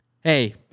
hey